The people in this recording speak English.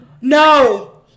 No